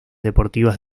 deportivas